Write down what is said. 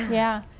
yeah.